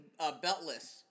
beltless